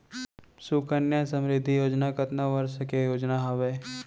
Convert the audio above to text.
सुकन्या समृद्धि योजना कतना वर्ष के योजना हावे?